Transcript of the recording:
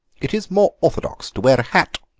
it is more orthodox to wear a hat,